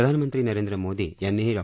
प्रधानमंत्री नरेंद्र मोदी यांनीही डॉ